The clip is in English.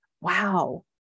wow